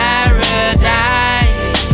Paradise